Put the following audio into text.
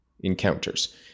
encounters